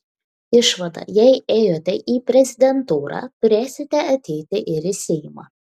išvada jei ėjote į prezidentūrą turėsite ateiti ir į seimą